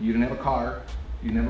you don't have a car you know